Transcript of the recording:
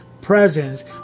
presence